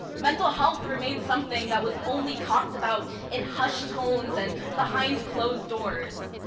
mental health remains something that was only talked about in hushed tones and behind closed doors.